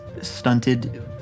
stunted